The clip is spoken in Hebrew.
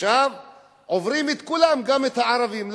עכשיו הם עוברים את כולם, גם את הערבים.